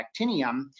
actinium